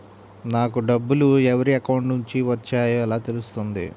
నాకు డబ్బులు ఎవరి అకౌంట్ నుండి వచ్చాయో ఎలా తెలుస్తుంది?